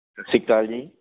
ਸਤਿ ਸ਼੍ਰੀ ਅਕਾਲ ਜੀ